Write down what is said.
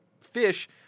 fish